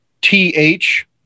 TH